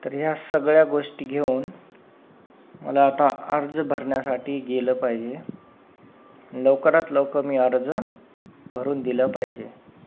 तर ह्या सगळ्या गोष्टी घेऊन मला आता अर्ज भरण्यासाठी गेलं पाहिजे लवकरात लवकर मी अर्ज भरून दिला पाहिजे